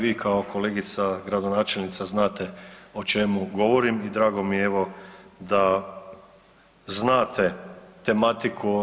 Vi kao kolegica gradonačelnica znate o čemu govorim i drago mi je evo da znate tematiku.